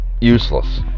useless